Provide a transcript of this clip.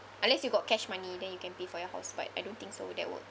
unless you got cash money then you can pay for your horse but I don't think so that works